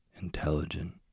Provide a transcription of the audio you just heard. intelligent